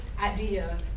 idea